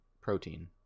Protein